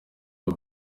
ubu